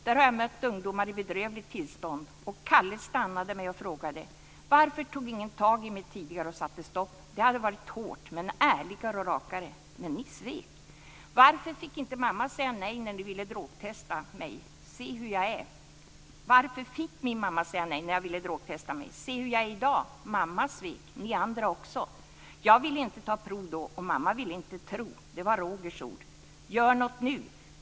Där har jag mött ungdomar i bedrövligt tillstånd. En gång stoppade Kalle mig och frågade: "Varför tog ingen tag i mig tidigare och satte stopp? Det hade varit hårt, men ärligare och rakare! Men ni svek!" "Varför fick min mamma säga nej när ni ville drogtesta mig? Se hur jag är i dag! Mamma svek! Ni andra också! Jag ville inte ta prov då och mamma ville inte tro!" Det är Rogers ord. "Gör något nu!